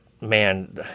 man